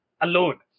alone